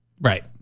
Right